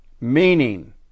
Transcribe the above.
Meaning